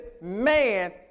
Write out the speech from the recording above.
man